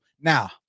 Now